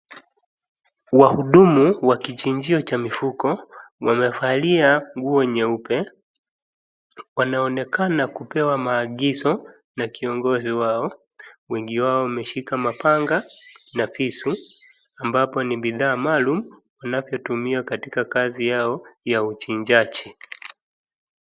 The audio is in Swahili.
Wahudumu wa kichinjio cha mifugo wamevalia nguo nyeupe, wanaonekana kupewa maagizo na kiongozi wao, wengi wao wameshika mapanga na visu ambapo ni bidhaa maalum vinayotumiwa katika kazi yao ya uchinjaji.